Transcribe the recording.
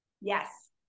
Yes